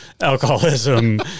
alcoholism